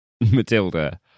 Matilda